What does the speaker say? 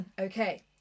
Okay